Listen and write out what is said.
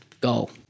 goal